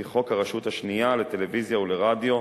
לפי חוק הרשות השנייה לטלוויזיה ולרדיו,